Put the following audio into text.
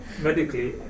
Medically